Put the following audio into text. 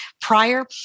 prior